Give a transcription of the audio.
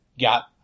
got